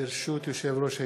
ברשות יושב-ראש הישיבה,